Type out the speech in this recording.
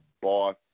boss